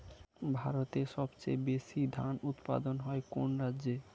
ভারতের সবচেয়ে বেশী ধান উৎপাদন হয় কোন রাজ্যে?